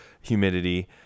humidity